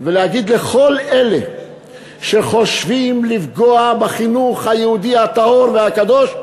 ולהגיד לכל אלה שחושבים לפגוע בחינוך היהודי הטהור והקדוש: